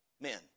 men